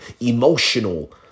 emotional